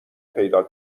پیدا